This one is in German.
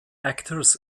actors